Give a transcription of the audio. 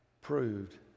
proved